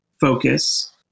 focus